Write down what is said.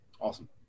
Awesome